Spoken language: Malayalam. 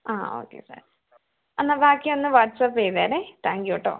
ആ ഓക്കെ സാർ എന്നാല് ബാക്കിയൊന്ന് വാട്സാപ്പ് ചെയ്തേക്കൂ താങ്ക് യൂ കേട്ടോ